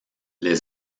les